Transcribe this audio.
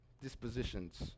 dispositions